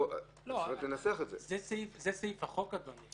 זה סעיף החוק, אדוני.